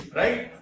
right